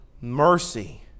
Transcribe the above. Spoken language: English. mercy